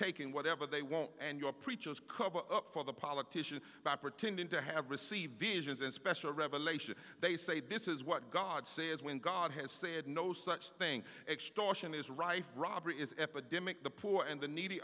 taking whatever they want and your preachers cover up for the politician appertaining to have received visions and special revelation they say this is what god says when god has said no such thing extortion is rife robbery is epidemic the poor and the needy